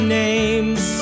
names